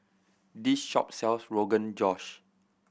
this shop sells Rogan Josh